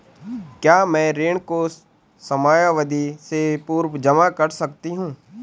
क्या मैं ऋण को समयावधि से पूर्व जमा कर सकती हूँ?